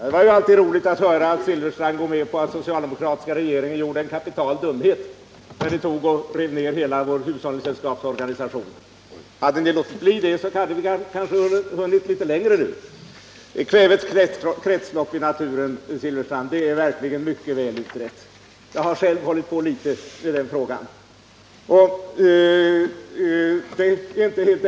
Herr talman! Det var roligt att höra att herr Silfverstrand går med på att den socialdemokratiska regeringen gjorde en kapital dumhet när den rev ned hela vår hushållningssällskapsorganisation. Hade ni låtit bli det, hade vi kanske hunnit litet längre i den här frågan vid det här laget. Kvävets kretslopp i naturen, herr Silfverstrand, är verkligen ganska väl utrett. Jag har själv hållit på litet med den frågan.